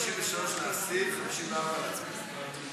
53 להסיר, 54 להצביע.